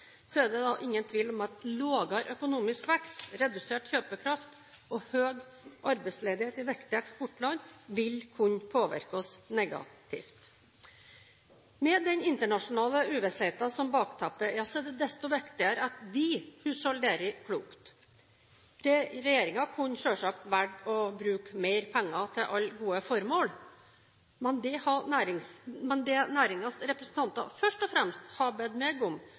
er det ingen tvil om at lavere økonomisk vekst, redusert kjøpekraft og høy arbeidsledighet i viktige eksportland vil kunne påvirke oss negativt. Med den internasjonale uvissheten som bakteppe er det desto viktigere at vi husholderer klokt. Regjeringen kunne selvfølgelig valgt å bruke mer penger til alle gode formål, men det næringens representanter først og fremst har bedt meg om,